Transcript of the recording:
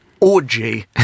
orgy